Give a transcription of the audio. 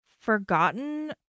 forgotten